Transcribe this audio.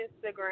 Instagram